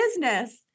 business